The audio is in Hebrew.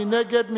מי נגד?